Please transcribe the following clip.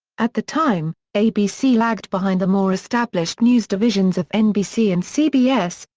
at the time, abc lagged behind the more established news divisions of nbc and cbs,